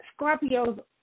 Scorpios